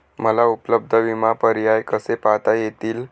मला उपलब्ध विमा पर्याय कसे पाहता येतील?